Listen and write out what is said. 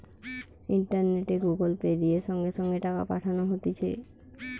ইন্টারনেটে Google Pay, দিয়ে সঙ্গে সঙ্গে টাকা পাঠানো হতিছে